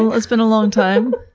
it's been a long time.